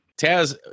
Taz